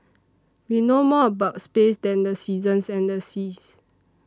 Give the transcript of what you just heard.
we know more about space than the seasons and the seas